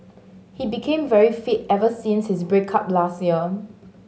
he became very fit ever since his break up last year